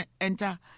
enter